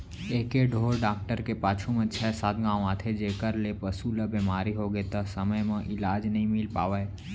एके ढोर डॉक्टर के पाछू म छै सात गॉंव आथे जेकर ले पसु ल बेमारी होगे त समे म इलाज नइ मिल पावय